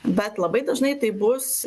bet labai dažnai tai bus